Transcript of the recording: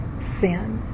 sin